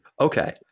Okay